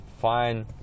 fine